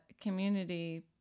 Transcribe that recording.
community